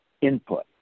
input